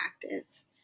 practice